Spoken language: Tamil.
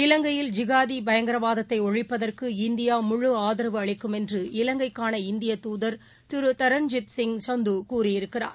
இலங்கையில் ஜிகாதிபயங்கரவாதத்தைஒழிப்பதற்கு இந்தியா முழு ஆதரவு அளிக்கும் என்று இலங்கைக்கான இந்திய தூதர் திருதரண் ஜித் சிங் சந்துகூறியிருக்கிறார்